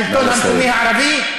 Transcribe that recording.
השלטון המקומי הערבי?